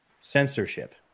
censorship